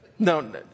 No